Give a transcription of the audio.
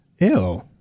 Ew